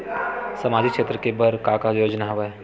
सामाजिक क्षेत्र के बर का का योजना हवय?